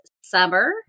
summer